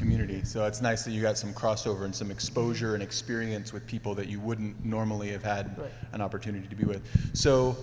community so it's nice that you got some crossover and some exposure and experience with people that you wouldn't normally have had an opportunity to be with so